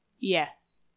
Yes